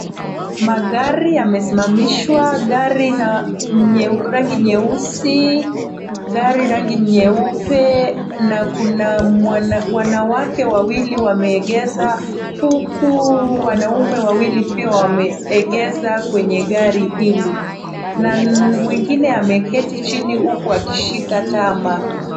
Magari yamesimamishwa. Gari na rangi nyeusi, gari rangi nyeupe, na kuna wanawake wawili wameegeza huku wanaume wawili pia wameegeza kwenye gari hili. Na mwingine ameketi chini huku akishika tama.